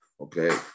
okay